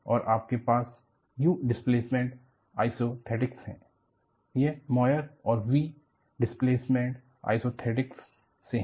और आपके पास u डिस्प्लेसमेंट आइसोथैटिक्स है यह मॉयर और v डिस्प्लेसमेंट आइसोथैटिक्स से है